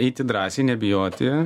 eiti drąsiai nebijoti